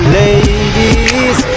ladies